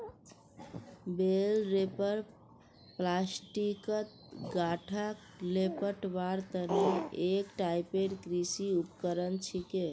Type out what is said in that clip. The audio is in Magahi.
बेल रैपर प्लास्टिकत गांठक लेपटवार तने एक टाइपेर कृषि उपकरण छिके